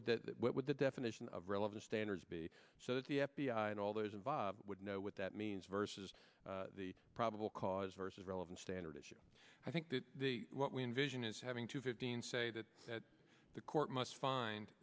would that what would the definition of relevant standards be so that the f b i and all those involved would know what that means versus the probable cause versus relevant standard issue i think that what we envision is having two fifteen say that the court must find